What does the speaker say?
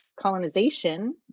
colonization